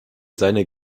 seine